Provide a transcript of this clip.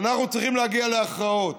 אנחנו צריכים להגיע להכרעות.